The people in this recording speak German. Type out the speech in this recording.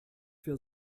für